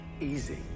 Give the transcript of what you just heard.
Easy